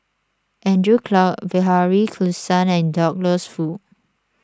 Andrew Clarke Bilahari Kausikan and Douglas Foo